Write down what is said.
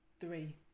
Three